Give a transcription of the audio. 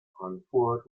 frankfurt